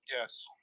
Yes